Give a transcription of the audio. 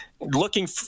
looking